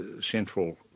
central